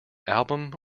album